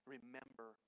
Remember